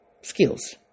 skills